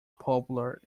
popular